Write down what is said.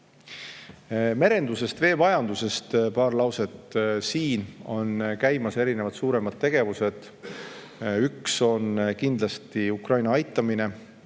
Merendusest ja veemajandusest paar lauset. Siin on käimas erinevad suuremad tegevused. Üks on kindlasti Ukraina aitamine,